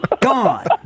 gone